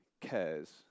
cares